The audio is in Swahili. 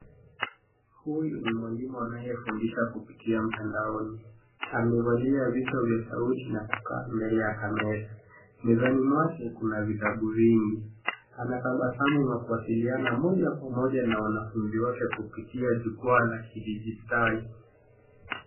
Huyu ni mwalimu anayefundisha kupitia mtandaoni, amevalia vichwa vya sauti na kukaa mbele ya kamera. Mezani mwake kuna vitabu vingi. Anatabasamu na kuwasiliana moja kwa moja na wanafunzi wake kupitia jukwaa la kidijitali.